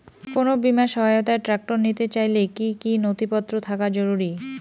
কোন বিমার সহায়তায় ট্রাক্টর নিতে চাইলে কী কী নথিপত্র থাকা জরুরি?